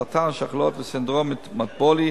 סרטן השחלות וסינדרום מטבולי,